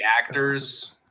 actors